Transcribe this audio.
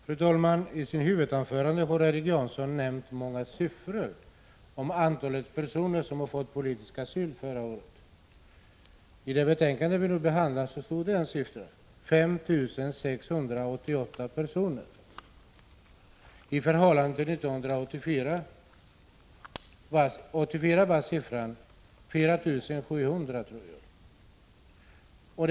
Fru talman! I sitt huvudanförande nämnde Erik Janson många siffror, bl.a. den för antalet personer som förra året fick politisk asyl. I det betänkande som vi nu behandlar stod siffran 5 686 personer. 1984 var siffran 4 700, tror jag.